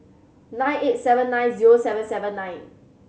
nine eight seven nine zero seven seven nine